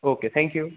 okay thank you